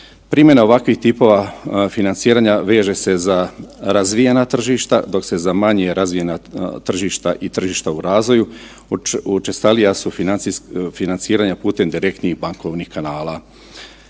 Primjena ovakvih tipova financiranja veže se za razvijena tržišta, dok se za manje razvijena tržišta i tržišta u razvoju učestalija su financijska, financiranja putem direktnih bankovnih kanala.